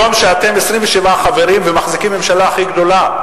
היום, כשאתם 27 חברים ומחזיקים ממשלה הכי גדולה,